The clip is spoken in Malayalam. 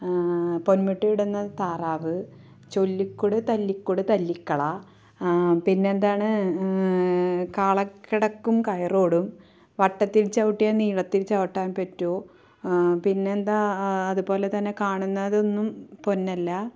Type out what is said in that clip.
പൊന്മുട്ടയിടുന്ന താറാവ് ചൊല്ലിക്കൊട് തല്ലിക്കൊട് തല്ലിക്കളാ പിന്നെന്താണ് കാള കിടക്കും കയറോടും വട്ടത്തിൽ ചവിട്ടിയാൽ നീളത്തിൽ ചവിട്ടാൻ പറ്റുമോ പിന്നെന്താ അതുപോലെ തന്നെ കാണുന്നതൊന്നും പൊന്നല്ല